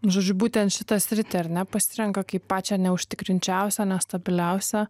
žodžių būtent šitą sritį ar ne pasirenka kaip pačią neužtikrinčiausią nestabiliausią